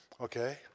Okay